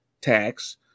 tax